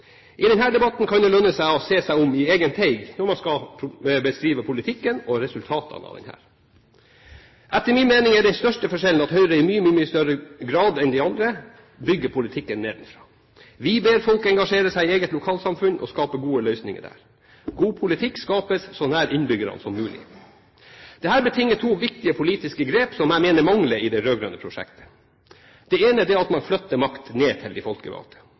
er den største forskjellen at Høyre i mye større grad enn de andre bygger politikken nedenfra. Vi ber folk engasjere seg i eget lokalsamfunn og skape gode løsninger der. God politikk skapes så nær innbyggerne som mulig. Dette betinger to viktige politiske grep som jeg mener mangler i det rød-grønne prosjektet. Det ene er at man flytter makt ned til de folkevalgte